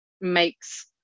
makes